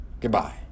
Goodbye